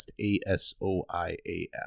A-S-O-I-A-F